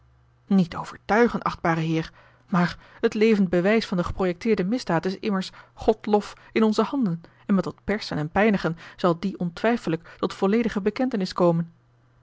niet overtuigen achtbare heer maar het levend bewijs van de geprojecteerde misdaad is immers god lof in onze handen en met wat persen en pijnigen zal die ontwijfelijk tot volledige bekentenis komen